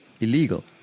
Illegal